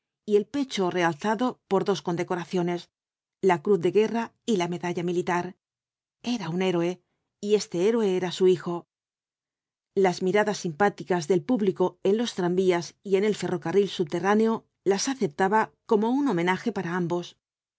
y el pecho realzado por dos condecoraciones la cruz de guerra y la medalla militar era un héroe y este héroe era su hijo las miradas simpáticas del público en los tranvías y en el ferrocarril subterráneo las aceptaba como un homenaje para ambos